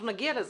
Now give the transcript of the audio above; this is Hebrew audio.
אנחנו נגיע לזה.